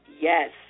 Yes